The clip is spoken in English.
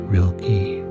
Rilke